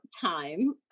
time